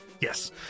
Yes